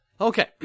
Okay